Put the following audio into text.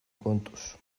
kontuz